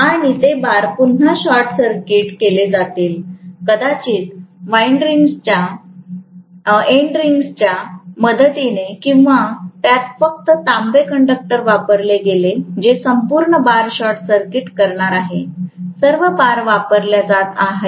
आणि ते बार पुन्हा शॉर्ट सर्किट केले जातील कदाचित एन्डरिंगच्या मदतीने किंवा त्यात फक्त तांबे कंडक्टर वापरले गेले जे संपूर्ण बार शॉर्ट सर्किट करणार आहे सर्व बार वापरल्या जात आहेत